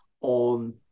on